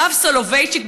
הרב סולובייצ'יק,